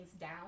down